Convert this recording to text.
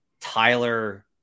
Tyler